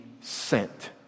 sent